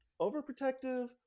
overprotective